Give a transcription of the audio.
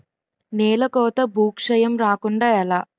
నేలకోత భూక్షయం రాకుండ ఎలా?